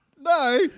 No